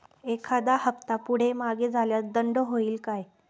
एखादा हफ्ता पुढे मागे झाल्यास दंड होईल काय?